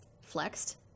flexed